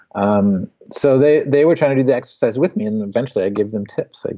um so they they were trying to do the exercise with me, and eventually i gave them tips, like